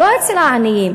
לא אצל העניים,